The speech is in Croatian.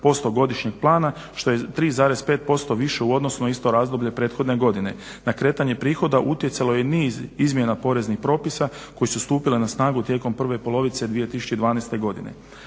48,7% godišnjeg plana što je 3,5% više u odnosu na isto razdoblje prethodne godine. Na kretanje prihoda utjecalo je i niz izmjena poreznih propisa koji su stupili na snagu tijekom prve polovice 2012.godine.